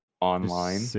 online